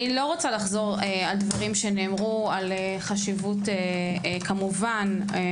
אני רוצה לדבר אתכם דווקא באוצר כמובן.